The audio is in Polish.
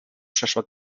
przeszła